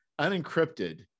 unencrypted